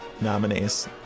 nominees